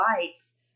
lights